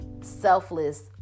selfless